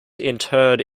interred